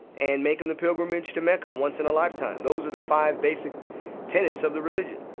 and making the pilgrimage to mecca once in a lifetime. those are the five basic tenets of the religion.